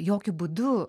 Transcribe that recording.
jokiu būdu